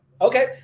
Okay